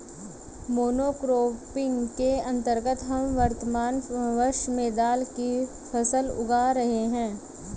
monocropping के अंतर्गत हम वर्तमान वर्ष में दाल की फसल उगा रहे हैं